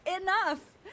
enough